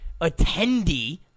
attendee